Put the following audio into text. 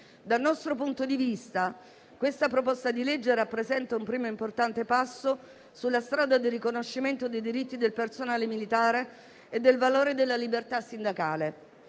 Dal nostro punto di vista, questo disegno di legge rappresenta un primo importante passo sulla strada del riconoscimento dei diritti del personale militare e del valore della libertà sindacale.